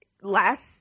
last